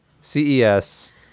CES